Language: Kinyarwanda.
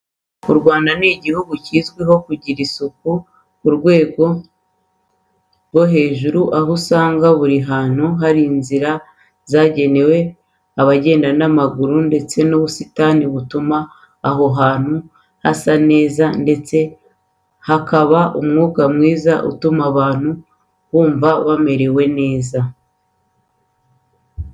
U Rwanda ni igihugu kizwuho kugira isuku iri ku rwego rwo hejuru aho usanga buri hantu hari inzira zagenewe abagenda n'amaguru ndetse n'ubusitani butuma aho hantu hasa neza ndetse hakaba n'umwuka mwiza utuma abantu bumva bamerewe neza.